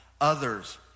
others